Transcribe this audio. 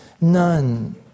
none